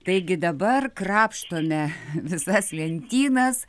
taigi dabar krapštome visas lentynas